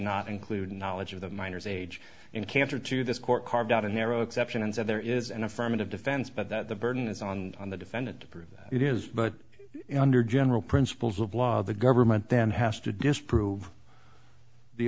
not include knowledge of the miners age and cancer to this court carved out a narrow exception and so there is an affirmative defense but that the burden is on on the defendant to prove it is but under general principles of law the government then has to disprove the